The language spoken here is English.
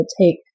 take